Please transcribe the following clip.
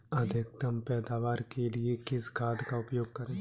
अधिकतम पैदावार के लिए किस खाद का उपयोग करें?